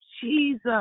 Jesus